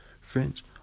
French